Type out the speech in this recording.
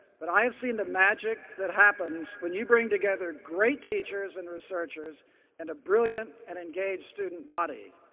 but i have seen the magic that happens when you bring together great teachers and researchers and a brilliant and engaged student body.